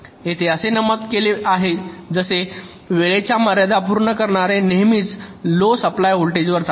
येथे असे नमूद केले आहे जे वेळेच्या मर्यादा पूर्ण करणारे नेहमीच लो सप्लाय व्होल्टेजवर चालतात